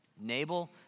Nabal